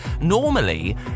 Normally